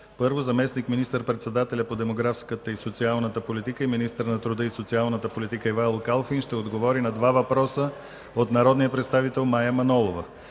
1. Заместник министър-председателят по демографската и социалната политика и министър на труда и социалната политика Ивайло Калфин ще отговори на два въпроса от народния представител Мая Манолова.